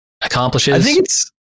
Accomplishes